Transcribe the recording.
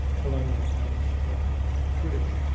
colonial and british.